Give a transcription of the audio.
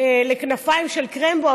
לכנפיים של קרמבו,